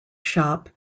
shop